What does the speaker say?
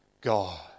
God